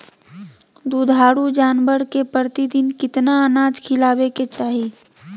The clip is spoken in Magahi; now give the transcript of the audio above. दुधारू जानवर के प्रतिदिन कितना अनाज खिलावे के चाही?